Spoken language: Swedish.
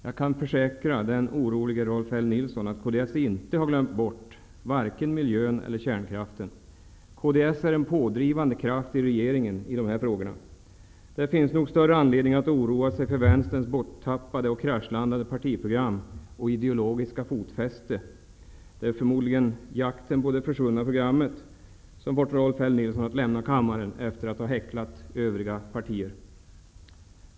Jag kan försäkra den orolige Rolf L. Nilson att kds inte glömt bort vare sig miljön eller kärnkraften. Kds är en pådrivande kraft i regeringen i dessa frågor. Det finns nog större anledning att oroa sig för vänsterns borttappade och kraschlandade partiprogram och vänsterna ideologiska fotfäste. Det är förmodligen Jakten på det försvunna programmet som fått Rolf L. Nilson att nu lämna kammaren efter att ha häcklat övriga partier.